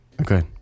okay